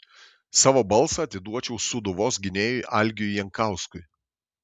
savo balsą atiduočiau sūduvos gynėjui algiui jankauskui